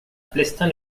plestin